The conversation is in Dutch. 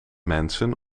mensen